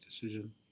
decision